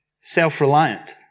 self-reliant